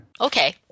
Okay